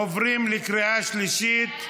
עוברים לקריאה שלישית.